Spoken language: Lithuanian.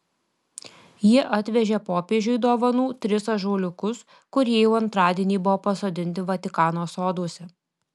jie atvežė popiežiui dovanų tris ąžuoliukus kurie jau antradienį buvo pasodinti vatikano soduose